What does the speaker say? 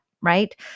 right